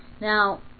now